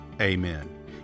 amen